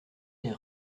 les